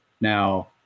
Now